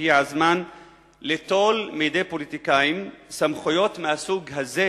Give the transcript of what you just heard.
הגיע הזמן ליטול מידי פוליטיקאים סמכויות מהסוג הזה,